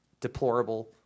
deplorable